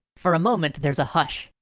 for a moment there's a hush.